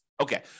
Okay